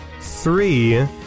three